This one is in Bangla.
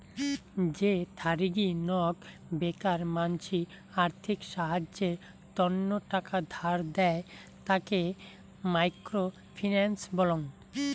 যে থারিগী নক বেকার মানসি আর্থিক সাহায্যের তন্ন টাকা ধার দেয়, তাকে মাইক্রো ফিন্যান্স বলং